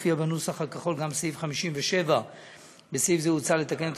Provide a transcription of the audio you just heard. הופיע בנוסח הכחול גם סעיף 57. בסעיף זה הוצע לתקן את